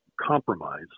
compromise